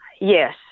yes